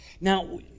Now